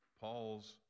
Paul's